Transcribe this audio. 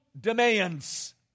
demands